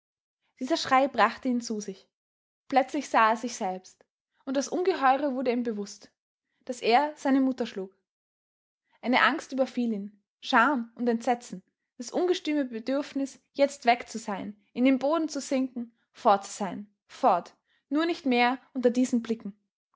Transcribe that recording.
dieser schrei brachte ihn zu sich plötzlich sah er sich selbst und das ungeheure wurde ihm bewußt daß er seine mutter schlug eine angst überfiel ihn scham und entsetzen das ungestüme bedürfnis jetzt weg zu sein in den boden zu sinken fort zu sein fort nur nicht mehr unter diesen blicken